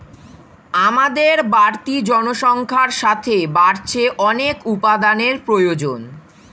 আমাদের বাড়তি জনসংখ্যার সাথে বাড়ছে অনেক উপাদানের প্রয়োজন